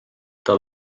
tal